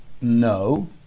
No